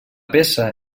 peça